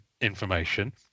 information